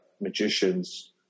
magicians